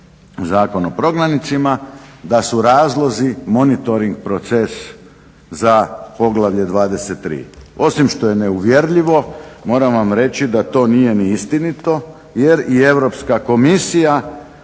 Zakon o prognanicima da su razlozi monitoring proces za Poglavlje 23. Osim što je neuvjerljivo moram vam reći da to nije ni istinito jer i Europska komisija